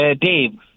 Dave